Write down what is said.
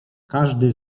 każdy